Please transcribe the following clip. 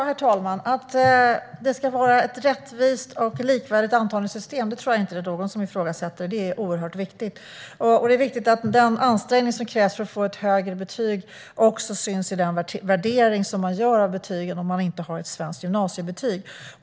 Herr talman! Att vi ska ha ett rättvist och likvärdigt antagningssystem tror jag inte att någon ifrågasätter. Det är oerhört viktigt. Det är också viktigt att den ansträngning som krävs för att få ett högre betyg syns i den värdering som görs av betygen, om man inte har ett svenskt gymnasiebetyg.